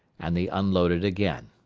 and they unloaded again.